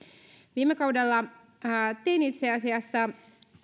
viime kaudella tein itse asiassa